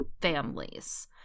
families